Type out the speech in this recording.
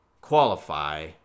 qualify